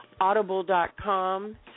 Audible.com